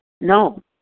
No